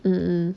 mm mm